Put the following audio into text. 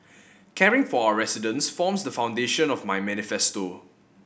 caring for our residents forms the foundation of my manifesto